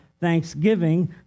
thanksgiving